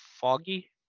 foggy